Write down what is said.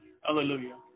Hallelujah